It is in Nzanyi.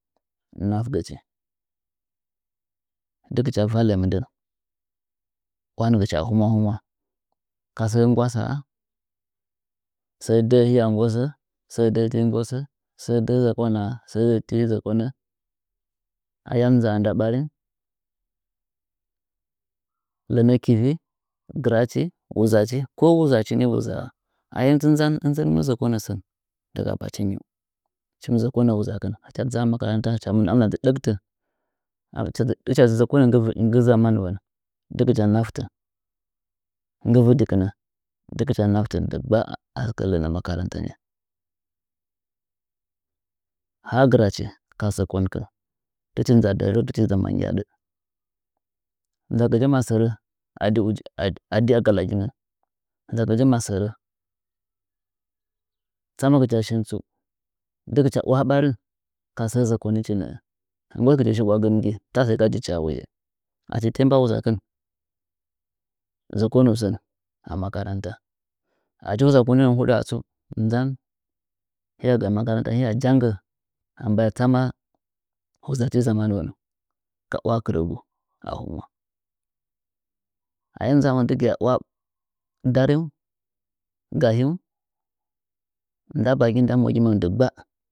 Nafgace dɨgɨcha valle mɨndɚn wahangɨchi a hɨmwa hɨmwa kasɨ nggwa saa sɚ dɚɚ hɨya nggosɚ sɚ dɚɚ ti nggosɚ sɚ dɚɚ zokonɚ sɚti zokonɚ ayam nzaa nda ɓarih lɚnɚ tivin gɨrachi wuzachi ko wuzachi ni wuza’a ahim dzɨ nzan ɨnzan mɨ zɨkonɚsɚn taɗa pachi ni hɨchi zɚkonɚ wuzakɨn acha dzɨ a makarantana ma dzɨ ɗokdɨh acha dzɨ zɚkonɚ nggɨ za ma nuwo nɚɚɚɚ dɨ gɨcha naftɨnnggɨ vɨdikinɚ dɨgɨcha naftin a sɨkɚ lɚnɚ makarantani ha gɨrachi ka zɚkoni to tɨchi nza dɚrɚ tɨchi nza magyaɗɚ nzagɨchi masɚri adi agalagingɚn nzagɨɗ masɚrɚtsamagɨcha shin tsu dɨgɨcha ‘waha ɓarih ka sɚɚ zɚkoni chi nɚɚ rɚgɨchi shiɓwagɚn gi taɗa sai ga jichi a wuye achi timba wuzakɨn zokonusɚn a makaranta achi zokoni nɚɚ huɗa tsu nzan hɨya gɚ makarantan hɨya dange ambaya tsama wuzachi zamanuwonɚ ka’ waha kɨrɚgu a hɨmwa ahim nza dɨgɨya ‘waha dariung gahin da mogimɚ nda bagɨmɚm diggba.